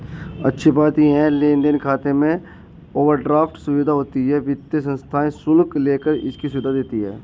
अच्छी बात ये है लेन देन खाते में ओवरड्राफ्ट सुविधा होती है वित्तीय संस्थाएं शुल्क लेकर इसकी सुविधा देती है